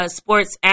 sports